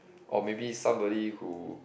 or maybe somebody who